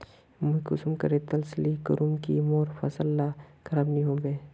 मुई कुंसम करे तसल्ली करूम की मोर फसल ला खराब नी होबे?